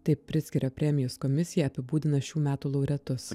taip prickerio premijos komisija apibūdina šių metų laureatus